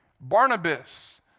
Barnabas